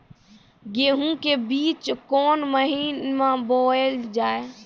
गेहूँ के बीच कोन महीन मे बोएल जाए?